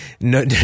No